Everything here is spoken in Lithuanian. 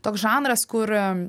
toks žanras kur